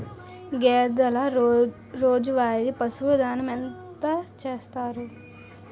గేదెల రోజువారి పశువు దాణాఎంత వేస్తారు?